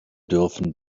dürfen